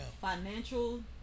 Financial